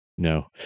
No